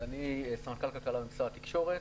אני סמנכ"ל כלכלה במשרד התקשורת.